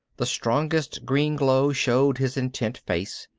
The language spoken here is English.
the strongest green glow showed his intent face,